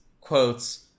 quotes